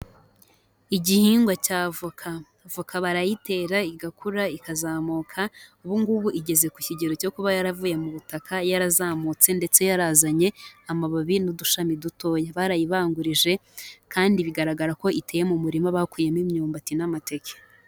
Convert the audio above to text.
Igihingwa cya voka. Voka barayitera igakura ikazamuka, ubu ngubu igeze ku kigero cyo kuba yaravuye mu butaka yarazamutse ndetse yarazanye amababi n'udushami dutoya, barayibangurije kandi bigaragara ko iteye mu murima bakuyemo imyumbati n'amateke.